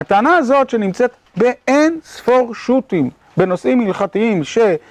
הטענה הזאת שנמצאת באין ספור שוטים בנושאים הלכתיים ש...